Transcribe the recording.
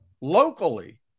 locally